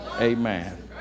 Amen